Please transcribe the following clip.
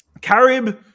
Carib